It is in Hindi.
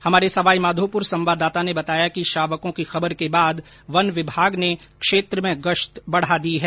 हमारे सवाई माधोपुर संवाददाता ने बताया कि शावकों की खबर के बाद वन विभाग ने क्षेत्र में गश्त बढ़ा दी है